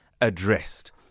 addressed